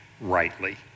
rightly